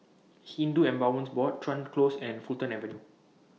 Hindu Endowments Board Chuan Close and Fulton Avenue